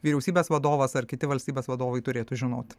vyriausybės vadovas ar kiti valstybės vadovai turėtų žinoti